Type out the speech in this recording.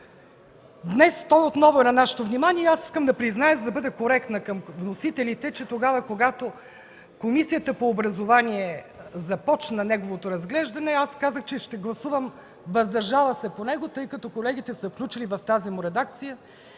Днес той отново е на нашето внимание и за да бъда коректна към вносителите, искам да призная, че тогава, когато Комисията по образование започна неговото разглеждане, аз казах, че ще гласувам „въздържала се” по него, тъй като колегите са включили в тази му редакция